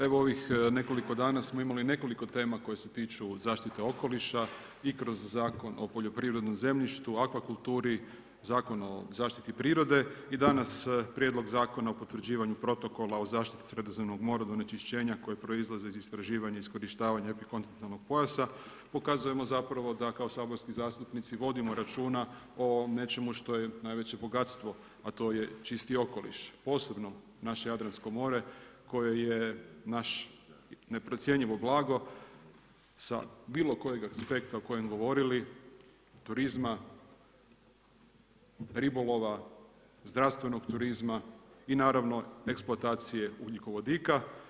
Evo ovih nekoliko dana smo imali nekoliko tema koje se tiču zaštite okoliša i kroz Zakon o poljoprivrednom zemljištu, akvakulturi, Zakon o zaštiti prirode i danas Prijedlog Zakona o potvrđivanju protokola o zaštiti Sredozemnog mora od onečišćenja koja proizlaze iz istraživanja i iskorištavanja epikontinentalnog pojasa pokazujemo zapravo da kao saborski zastupnici vodimo računa o nečemu što je najveće bogatstvo a to je čisti okoliš posebno naše Jadransko more koje je naše neprocjenjivo blago sa bilo kojeg aspekta o kojem govorili, turizma, ribolova, zdravstvenog turizma i naravno eksploatacije ugljikovodika.